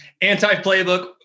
anti-playbook